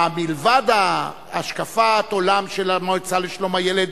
מלבד השקפת העולם של המועצה לשלום הילד,